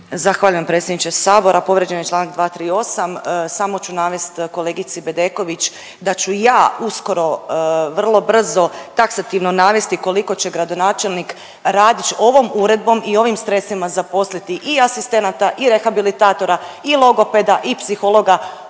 Zahvaljujem predsjedniče Sabora. Povrijeđen je čl. 238. Samo ću navest kolegici Bedeković da ću ja uskoro, vrlo brzo taksativno navesti koliko će gradonačelnik Radić ovom uredbom i ovim sredstvima zaposliti i asistenata i rehabilitatora i logopeda i psihologa